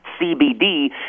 CBD